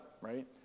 Right